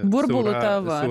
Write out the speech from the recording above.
burbulu tavo